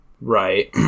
Right